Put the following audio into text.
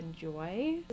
enjoy